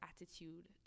attitude